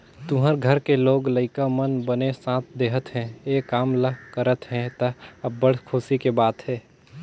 तुँहर घर के लोग लइका मन बने साथ देहत हे, ए काम ल करत हे त, अब्बड़ खुसी के बात हे